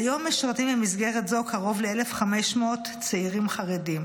כיום משרתים במסגרת זו קרוב ל-1,500 צעירים חרדים.